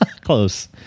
Close